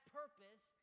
purpose